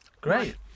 Great